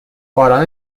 باران